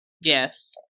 Yes